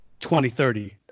2030